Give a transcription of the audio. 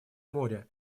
моря